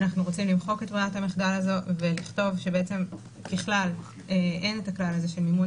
אנחנו רוצים למחוק את ברירת המחדל הזו ולכתוב שככלל אין הכלל הזה של מימון